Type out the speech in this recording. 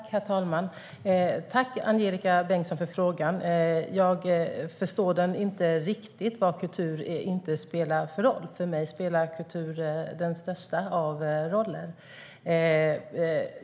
Herr talman! Tack, Angelika Bengtsson, för frågan! Jag förstår den inte riktigt. För mig spelar kultur den största av roller.